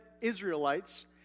Israelites